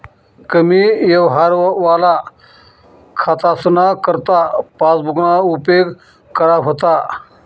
कमी यवहारवाला खातासना करता पासबुकना उपेग करा व्हता